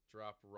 Drop